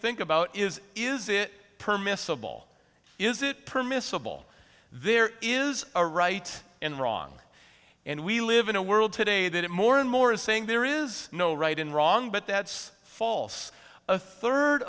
think about is is it permissible is it permissible there is a right and wrong and we live in a world today that more and more is saying there is no right and wrong but that's false a third